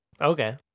Okay